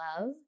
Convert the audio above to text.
love